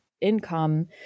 income